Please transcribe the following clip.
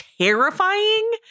terrifying –